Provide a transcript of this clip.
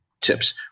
tips